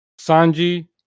Sanji